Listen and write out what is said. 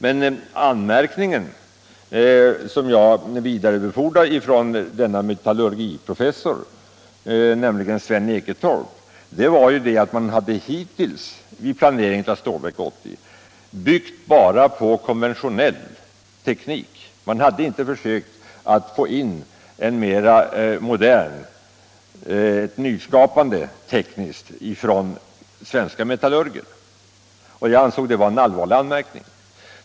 Men den anmärkning som jag vidarebefordrade från en metallurgiprofessor — Sven Eketorp — var att man hittills i planeringen av Stålverk 80 hade byggt bara på konventionell teknik. Man hade inte försökt få in en mera modern, nyskapande teknik från svenska metallurger. Jag ansåg det vara en allvarlig anmärkning.